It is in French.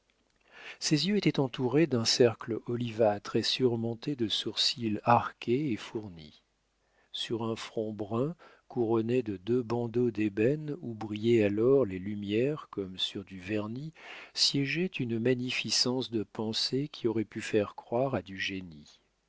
ces yeux étaient entourés d'un cercle olivâtre et surmontés de sourcils arqués et fournis sur un front brun couronné de deux bandeaux d'ébène où brillaient alors les lumières comme sur du vernis siégeait une magnificence de pensée qui aurait pu faire croire à du génie